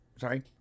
Sorry